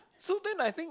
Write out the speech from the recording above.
so then I think